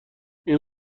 این